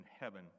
heaven